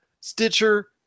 Stitcher